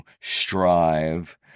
strive